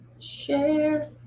Share